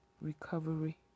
recovery